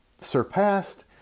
surpassed